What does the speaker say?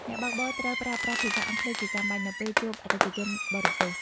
អ្នកបើកបរត្រូវប្រើប្រាស់ភាសាអង់គ្លេសជាចាំបាច់ នៅពេលជួបអតិថិជនបរទេស។